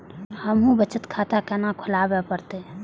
हमू बचत खाता केना खुलाबे परतें?